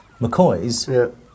McCoy's